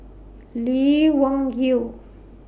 Lee Wung Yew